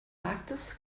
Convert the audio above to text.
arktis